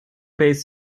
based